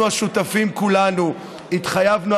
אנחנו השותפים כולנו התחייבנו,